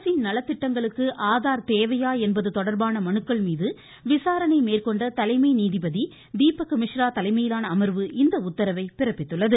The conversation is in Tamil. அரசின் நலத்திட்டங்களுக்கு ஆதார் தேவையா என்பது தொடர்பான மனுக்கள் மீது விசாரணை மேற்கொண்ட தலைமை நீதிபதி தீபக்மிஸ்ரா தலைமையிலான அமர்வு இந்த உத்தரவை பிறப்பித்துள்ளது